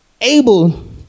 able